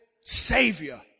Savior